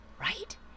Right